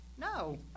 No